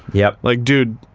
yep, like dude,